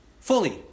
fully